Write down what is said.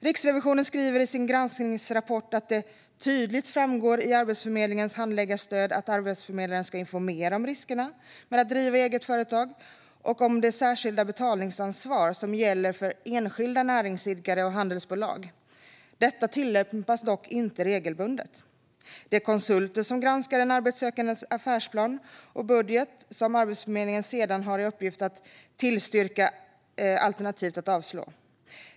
Riksrevisionen skriver i sin granskningsrapport att det tydligt framgår i Arbetsförmedlingens handläggarstöd att arbetsförmedlaren ska informera om riskerna med att driva eget företag och om det särskilda betalningsansvar som gäller för enskilda näringsidkare och handelsbolag. Detta tillämpas dock inte regelbundet. Det är konsulter som granskar den arbetssökandes affärsplan och budget som Arbetsförmedlingen sedan har i uppgift att tillstyrka alternativt avstyrka.